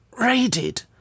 raided